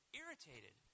irritated